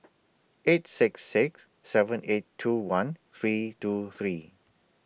eight six six seven eight two one three two three